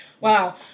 Wow